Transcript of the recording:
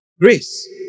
Grace